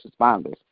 responders